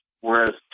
Whereas